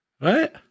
Right